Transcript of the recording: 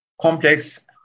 complex